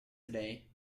today